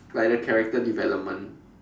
like the character development